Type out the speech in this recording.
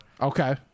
Okay